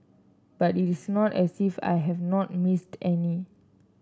but it is not as if I have not missed any